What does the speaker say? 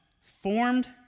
formed